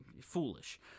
foolish